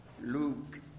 Luke